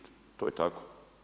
To je tako.